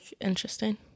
interesting